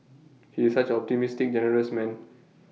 he is such optimistic generous man